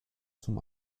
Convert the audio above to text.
zum